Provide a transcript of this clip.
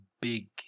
big